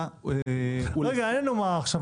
אלא להוסיף גם את